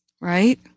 Right